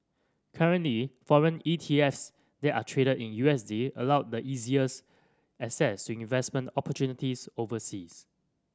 currently foreign E T S that are traded in U S D allow the easiest access to investment opportunities overseas